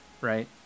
right